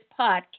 podcast